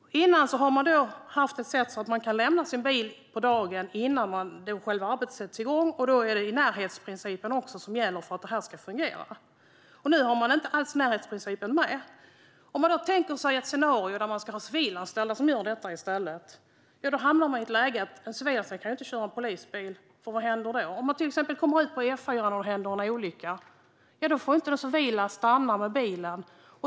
Tidigare har man kunnat lämna in sin bil dagen före själva arbetet, och då är det närhetsprincipen som gäller för att det ska fungera. Nu har man inte med närhetsprincipen. Man kan tänka sig ett scenario där civilanställda gör detta i stället, men då hamnar man i ett läge där en civilanställd inte kan köra en polisbil, för vad händer då? Om man till exempel kommer ut på E4:an och det händer en olycka får civilanställda inte stanna med bilen.